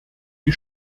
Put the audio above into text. die